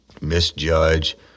misjudge